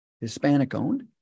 Hispanic-owned